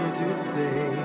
today